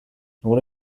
what